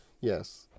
Yes